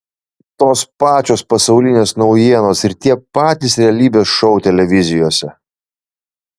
tos pačios pasaulinės naujienos ir tie patys realybės šou televizijose